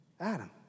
Adam